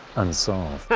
unsolved.